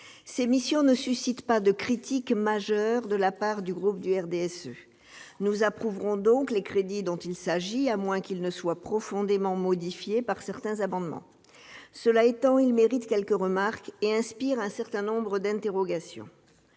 Ces missions ne suscitent pas de critiques majeures de la part des élus du RDSE. Nous approuverons donc les crédits dont il s'agit, à moins qu'ils ne soient profondément modifiés par certains amendements. Ils méritent toutefois quelques remarques et suscitent un certain nombre d'interrogations.